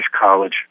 college